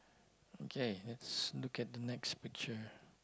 okay let's look at the next picture